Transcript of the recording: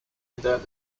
without